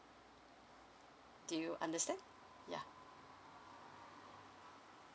do you understand ya